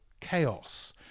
chaos